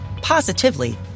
positively